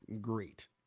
great